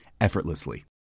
effortlessly